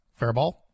Fairball